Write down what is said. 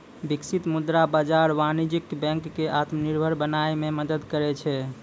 बिकसित मुद्रा बाजार वाणिज्यक बैंको क आत्मनिर्भर बनाय म मदद करै छै